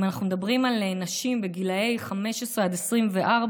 אם אנחנו מדברים על נשים בגיל 15 עד 24,